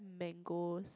mangoes